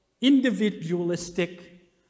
individualistic